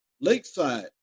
Lakeside